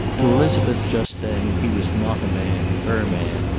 to elizabeth just then he was not a man, her man,